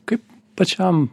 kaip pačiam